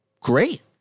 great